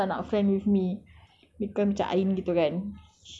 like at first my friends semua tak nak friend with me